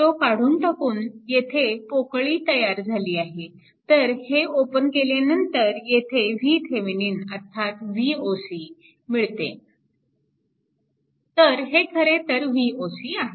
तो तर हे खरेतर Voc आहे